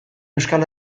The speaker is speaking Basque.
euskal